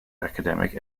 academic